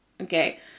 okay